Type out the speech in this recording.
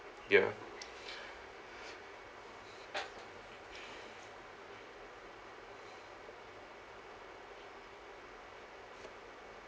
ya